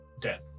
Dead